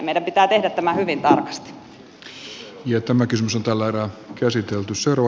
meidän pitää tehdä tämä hyvin tarkasti